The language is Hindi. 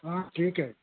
हाँ ठीक है